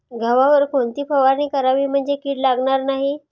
गव्हावर कोणती फवारणी करावी म्हणजे कीड पडणार नाही?